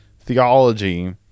theology